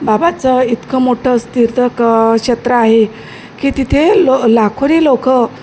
बाबाचं इतकं मोठं तीर्थक्षेत्र आहे की तिथे लो लाखोंनी लोकं